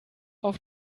auf